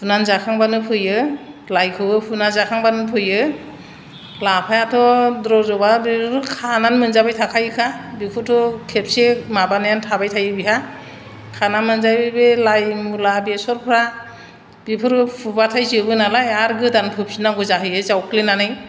फुनानै जाखांबानो फोयो लाइखौबो फुनानै जाखांबानो फोयो लाफायाथ' रज'बा बेखौनो खानानै मोनजाबाय थाखायोखा बेखौथ' खेबसे माबानायानो थाबाय थायो बेहा खाना मोनजाबाय बे लाय मुला बेसरफ्रा बेफोरबो फुबाथाय जोबो नालाय आरो गोदान फोफिन्नांगौ जाहैयो जावफ्लेनानै